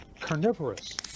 carnivorous